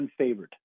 unfavored